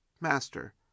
Master